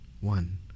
one